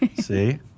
See